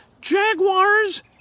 Jaguars